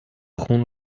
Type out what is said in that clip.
خون